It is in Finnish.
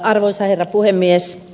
arvoisa herra puhemies